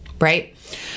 Right